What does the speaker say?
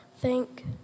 thank